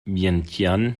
vientiane